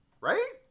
Right